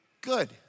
good